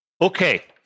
Okay